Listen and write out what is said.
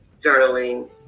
journaling